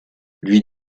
lui